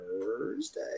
Thursday